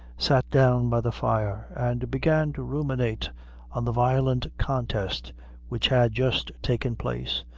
sat down by the fire and began to ruminate on the violent contest which had just taken place,